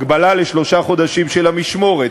הגבלה לשלושה חודשים של המשמורת,